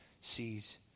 sees